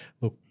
look